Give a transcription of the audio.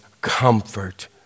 comfort